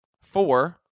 Four